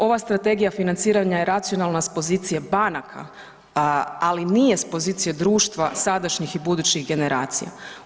Ova strategija financiranja je racionalna s pozicije banaka, ali nije s pozicije društva sadašnjih i budućih generacija.